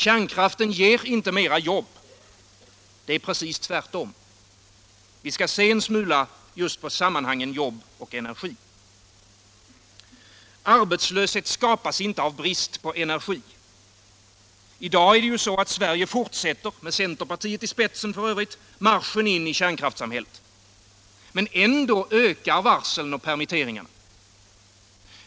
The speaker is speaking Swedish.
Kärnkraften ger inte mera jobb. Det är precis tvärtom. Vi skall se en smula på sammanhangen jobb och energi. Arbetslöshet skapas inte av brist på energi. I dag fortsätter Sverige med centerpartiet i spetsen marschen in i kärnkraftssamhället. Men ändå ökar varslen och permitteringarna.